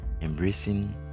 Embracing